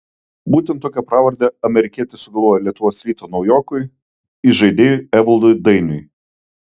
būtent tokią pravardę amerikietis sugalvojo lietuvos ryto naujokui įžaidėjui evaldui dainiui